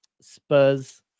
Spurs